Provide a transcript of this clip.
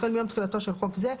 החל מיום תחילתו של חוק זה,